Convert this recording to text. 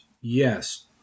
yes